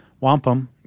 wampum